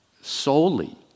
solely